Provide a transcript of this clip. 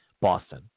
Boston